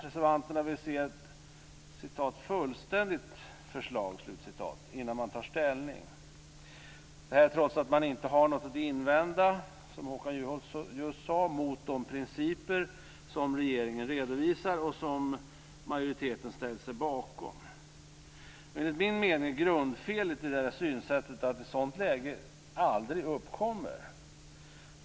Reservanterna vill se ett "fullständigt förslag" innan de tar ställning - detta trots att man inte har något att invända, som Håkan Juholt just sade, mot de principer som regeringen redovisar och som majoriteten har ställt sig bakom. Enligt min mening är grundfelet i det synsättet att ett sådant läge aldrig uppkommer.